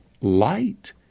light